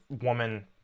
woman